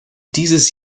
dieses